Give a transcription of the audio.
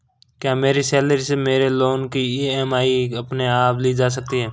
क्या मेरी सैलरी से मेरे लोंन की ई.एम.आई अपने आप ली जा सकती है?